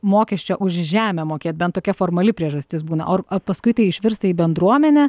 mokesčio už žemę mokėt bent tokia formali priežastis būna o ar paskui tai išvirsta į bendruomenę